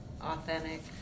authentic